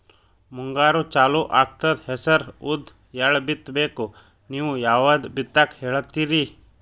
ಮುಂಗಾರು ಚಾಲು ಆಗ್ತದ ಹೆಸರ, ಉದ್ದ, ಎಳ್ಳ ಬಿತ್ತ ಬೇಕು ನೀವು ಯಾವದ ಬಿತ್ತಕ್ ಹೇಳತ್ತೀರಿ?